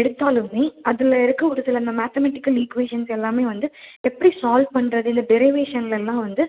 எடுத்தாலுமே அதில் இருக்க ஒரு சில அந்த மேத்தமெட்டிக்கல் ஈக்குவேஷன்ஸ் எல்லாமே வந்து எப்படி சால்வ் பண்ணுறது இந்த டெரிவேஷன்ல எல்லாம் வந்து